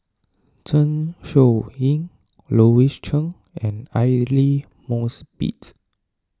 Zeng Shouyin Louis Chen and Aidli Mosbit